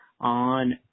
on